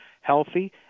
healthy